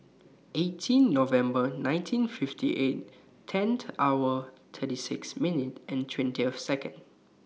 eighteen November nineteen fifty eight tent hours thirty six minutes and twenty of Seconds